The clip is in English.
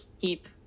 keep